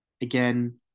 Again